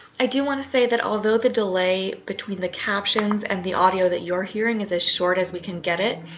i do want to say that although the delay between the captions and the audio that you're hearing is as short as we can get it,